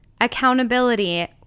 accountability